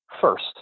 first